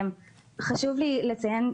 חשוב לי לציין,